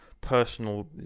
personal